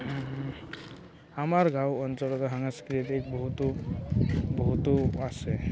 আমাৰ গাঁও অঞ্চলত সাংস্কৃতিক বহুতো বহুতো আছে